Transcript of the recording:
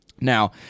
now